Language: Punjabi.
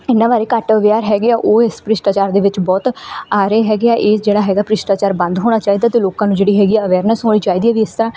ਇਹਨਾਂ ਬਾਰੇ ਘੱਟ ਅਵੇਅਰ ਹੈਗੇ ਆ ਉਹ ਇਸ ਭ੍ਰਿਸ਼ਟਾਚਾਰ ਦੇ ਵਿੱਚ ਬਹੁਤ ਆ ਰਹੇ ਹੈਗੇ ਆ ਇਹ ਜਿਹੜਾ ਹੈਗਾ ਭ੍ਰਿਸ਼ਟਾਚਾਰ ਬੰਦ ਹੋਣਾ ਚਾਹੀਦਾ ਅਤੇ ਲੋਕਾਂ ਨੂੰ ਜਿਹੜੀ ਹੈਗੀ ਹੈ ਅਵੇਰਨੈਸ ਹੋਣੀ ਚਾਹੀਦੀ ਹੈ ਵੀ ਇਸ ਤਰ੍ਹਾਂ